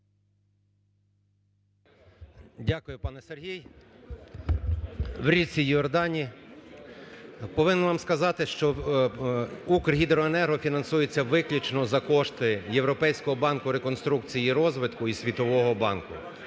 Дякую, пане Сергію. У річці Йордані! Повинен вам сказати, що "Укргідроенерго" фінансується виключно за кошти Європейського банку реконструкції і розвитку і Світового банку.